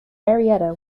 marietta